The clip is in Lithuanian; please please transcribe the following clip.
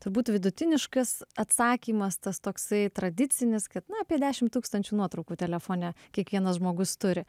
turbūt vidutiniškas atsakymas tas toksai tradicinis kad na apie dešim tūkstančių nuotraukų telefone kiekvienas žmogus turi